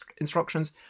instructions